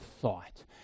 thought